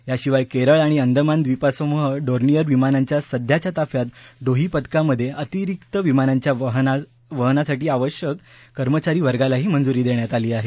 याशिवाय केरळ आणि अंदमान द्विपसमूहात डोर्नियर विमानांच्या सध्याच्या ताफ्यात टोही पथकामध्ये अतिरिक्त विमानांच्या वहनासाठी आवश्यक कर्मचारी वर्गालाही मंजुरी देण्यात आली आहे